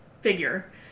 figure